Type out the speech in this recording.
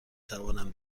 توانم